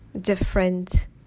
different